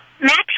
Max